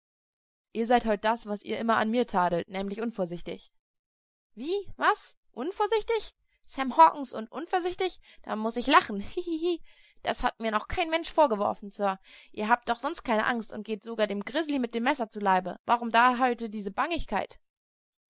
ihr seid heut das was ihr immer an mir tadelt nämlich unvorsichtig wie was unvorsichtig sam hawkens und unvorsichtig da muß ich lachen hihihihi das hat mir noch kein mensch vorgeworfen sir ihr habt doch sonst keine angst und geht sogar dem grizzly mit dem messer zu leibe warum da heut diese bangigkeit